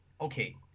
okay